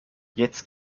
jetzt